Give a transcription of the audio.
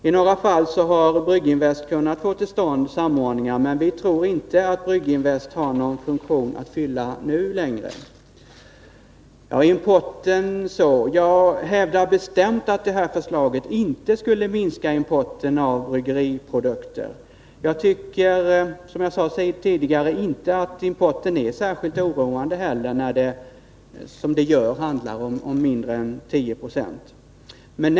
I några fall har Brygginvest kunnat få till stånd samordningar, men vi tror inte att Brygginvest har någon funktion att fylla nu längre. Jag hävdar bestämt att det här förslaget inte skulle minska importen av bryggeriprodukter. Jag tycker, som jag sade tidigare, inte heller att importen är särskilt oroande, när det som nu är fallet handlar om mindre än 10 96.